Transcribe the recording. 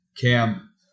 Cam